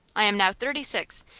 i am now thirty-six,